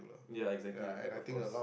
ya exactly of course